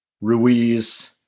Ruiz